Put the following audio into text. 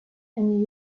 and